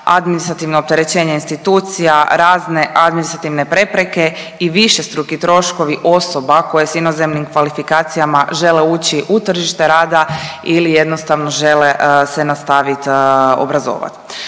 administrativno opterećenje institucija, razne administrativne prepreke i višestruki troškovi osoba koje s inozemnim kvalifikacijama žele ući u tržište rada ili jednostavno žele se nastaviti obrazovat.